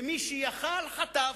ומי שיכול היה חטף,